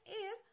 air